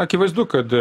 akivaizdu kad